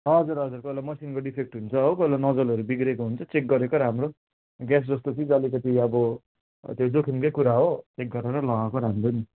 हजुर हजुर कोही बेला मसिनको डिफेक्ट हुन्छ हो कोही बेला नजलहरू बिग्रेको हुन्छ चेक गरेको राम्रो ग्यास जस्तो चिज अलिकति अब त्यो जोखिमकै कुरा हो चेक गरेर लगाएको राम्रो नि